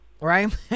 right